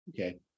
Okay